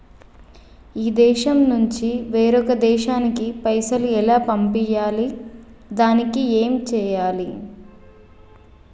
ఈ దేశం నుంచి వేరొక దేశానికి పైసలు ఎలా పంపియ్యాలి? దానికి ఏం చేయాలి?